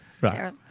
Right